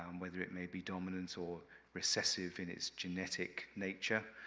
um whether it may be dominant or recessive in its genetic nature,